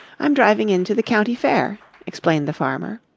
i'm driving in to the county fair, explained the farmer.